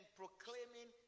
proclaiming